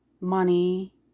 money